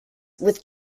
with